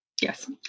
Yes